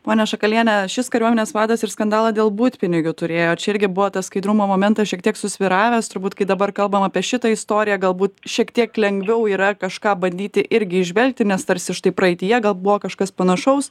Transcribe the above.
ponia šakaliene šis kariuomenės vadas ir skandalą dėl butpinigių turėjo čia irgi buvo tas skaidrumo momentas šiek tiek susvyravęs turbūt kai dabar kalbam apie šitą istoriją galbūt šiek tiek lengviau yra kažką bandyti irgi įžvelgti nes tarsi štai praeityje gal buvo kažkas panašaus